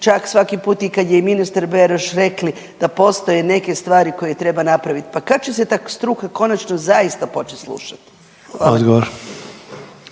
čak svaki put i kad je ministar Beroš rekli da postoje neke stvari koje treba napraviti, pa kad će se ta struka konačno zaista početi slušat.